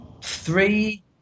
three